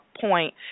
point